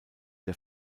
der